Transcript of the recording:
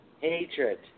Hatred